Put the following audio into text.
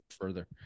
further